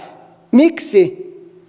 miksi